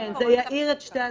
זה יעיר את שתי התקופות.